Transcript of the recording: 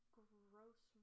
gross